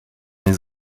mes